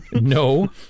No